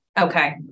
Okay